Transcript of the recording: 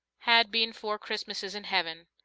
had been four christmases in heaven.